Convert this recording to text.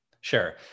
Sure